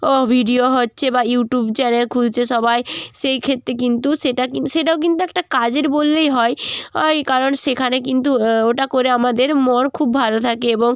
video হচ্ছে বা YouTube channel খুলছে সবাই সেইক্ষেত্রে কিন্তু সেটা সেটাও কিন্তু একটা কাজের বললেই হয় হয় কারণ সেখানে কিন্তু ওটা করে আমাদের মন খুব ভালো থাকে এবং